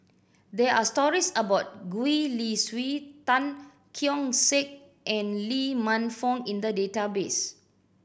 there are stories about Gwee Li Sui Tan Keong Saik and Lee Man Fong in the database